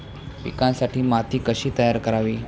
पिकांसाठी माती कशी तयार करावी?